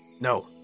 no